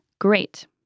great